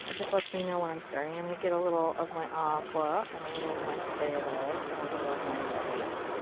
and just lets me know where i'm starting. i'm gonna get a little of my aqua, and a little of my phthalo and a little of my white.